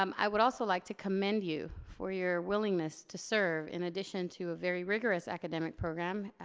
um i would also like to commend you for your willingness to serve in addition to a very rigorous academic program,